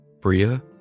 Bria